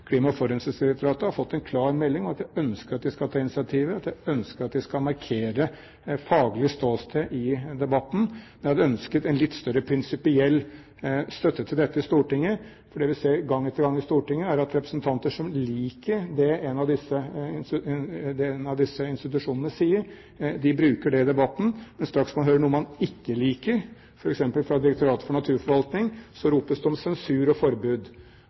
Klima- og forurensningsdirektoratet har fått en klar melding om at jeg ønsker at de skal ta initiativet, og at jeg ønsker at de skal markere faglig ståsted i debatten. Jeg hadde ønsket en litt større prinsipiell støtte til dette i Stortinget, for det vi ser gang etter gang i Stortinget, er at representanter som liker det en av disse institusjonene sier, bruker det i debatten, men straks man hører noe man ikke liker, f.eks. fra Direktoratet for naturforvaltning, ropes det om sensur og forbud.